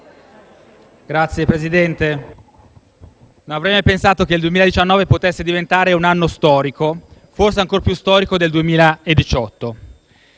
Signor Presidente, non avrei mai pensato che il 2019 potesse diventare un anno storico - forse ancor più del 2018